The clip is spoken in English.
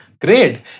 Great